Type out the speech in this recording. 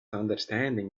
understanding